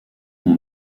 ont